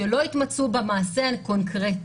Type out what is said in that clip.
שלא התמצו במעשה הקונקרטי,